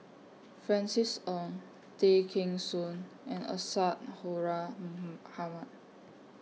Francis Ng Tay Kheng Soon and Isadhora Mohamed